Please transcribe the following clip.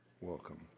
welcome